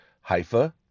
Haifa